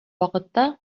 вакытта